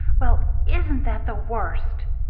well, isn't that the worst!